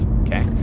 Okay